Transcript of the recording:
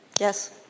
Yes